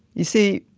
you see,